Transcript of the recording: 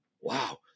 Wow